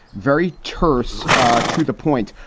very terse to the point.